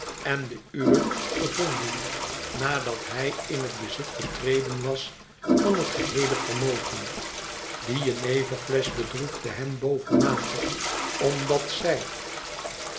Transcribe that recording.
en den uwen gevonden nadat hij in het bezit getreden was van het geheele vermogen die jeneverflesch bedroefde hem bovenmate omdat zij